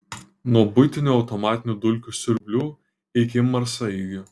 nuo buitinių automatinių dulkių siurblių iki marsaeigių